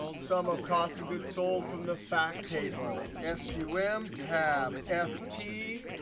sum of cost of goods sold from the fact table. s u m, tab, f t.